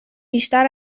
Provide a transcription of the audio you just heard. بیشتر